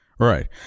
Right